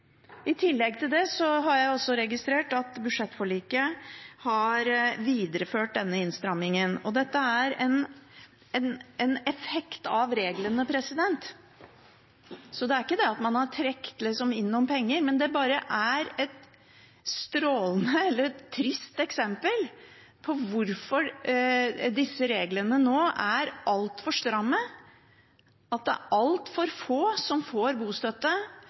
I tillegg til det har jeg registrert at budsjettforliket har videreført denne innstrammingen. Dette er en effekt av reglene, det er ikke det at man har trukket inn noen penger, men det er et strålende – eller et trist – eksempel på hvorfor disse reglene nå er altfor stramme, at det er altfor få som får bostøtte,